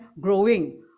growing